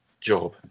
job